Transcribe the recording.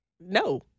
No